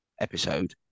episode